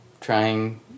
trying